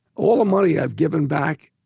all the money i've given back,